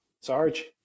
Sarge